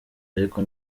ariko